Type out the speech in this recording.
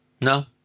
No